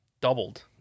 doubled